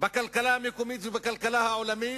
בכלכלה המקומית ובכלכלה העולמית,